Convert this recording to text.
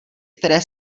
které